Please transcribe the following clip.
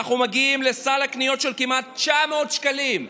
אנחנו מגיעים לסל קניות של כמעט 900 שקלים,